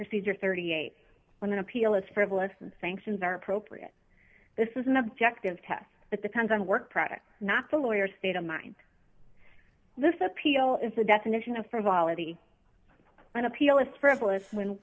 procedure thirty eight when an appeal is frivolous and sanctions are appropriate this is an objective test that depends on work product not the lawyer state of mind this appeal is the definition of for volatile an appeal is frivolous when